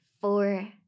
four